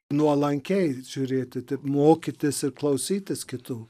nuolankiai žiūrėti mokytis ir klausytis kitų